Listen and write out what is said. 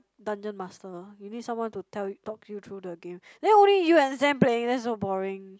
dungeon master you need someone to tell you to talk you through the game then only you and Zen playing that's so boring